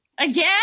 Again